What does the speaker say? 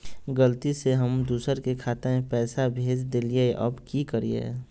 गलती से हम दुसर के खाता में पैसा भेज देलियेई, अब की करियई?